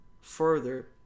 further